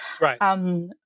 right